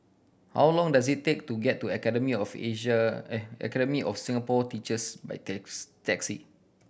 how long does it take to get to Academy of Academy of Singapore Teachers by taxi